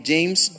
James